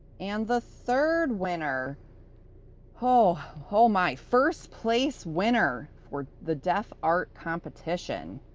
and the third winner oh! oh, my first place winner! for the deaf art competition.